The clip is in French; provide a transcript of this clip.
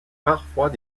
parfois